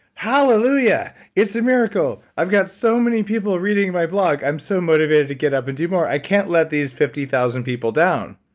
hallelujah. it's a miracle. i've got so many people reading my blog, i'm so motivated to get up and do more. i can't let these fifty thousand people down.